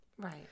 Right